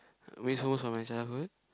waste most of my childhood